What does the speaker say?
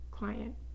client